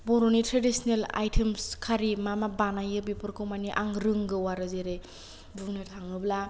बर'नि traditional items खारि मा मा बानायो बेफोरखौ माने आं रोंगौ आरो जेरै बुंनो थाङोब्ला